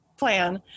plan